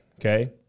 Okay